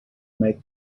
make